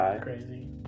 Crazy